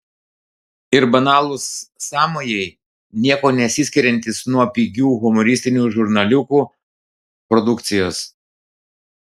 ir banalūs sąmojai niekuo nesiskiriantys nuo pigių humoristinių žurnaliukų produkcijos